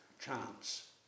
chance